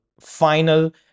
final